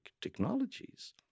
technologies